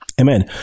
Amen